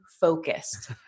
focused